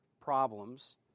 problems